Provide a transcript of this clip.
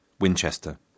Winchester